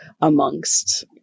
amongst